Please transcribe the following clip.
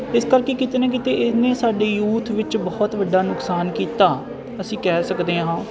ਇਸ ਕਰਕੇ ਕਿਤੇ ਨਾ ਕਿਤੇ ਇਹਨੇ ਸਾਡੇ ਯੂਥ ਵਿੱਚ ਬਹੁਤ ਵੱਡਾ ਨੁਕਸਾਨ ਕੀਤਾ ਅਸੀਂ ਕਹਿ ਸਕਦੇ ਹਾਂ